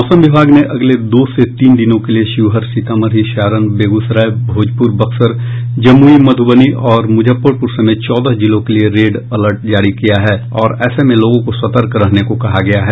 मौसम विभाग ने अगले दो से तीन दिनों के लिए शिवहर सीतामढ़ी सारण बेगूसराय भोजपुर बक्सर जमुई मधुबनी और मुजफ्फरपुर समेत चौदह जिलों के लिये रेड अलर्ट जारी किया है और ऐसे में लोगों को सतर्क रहने को कहा गया है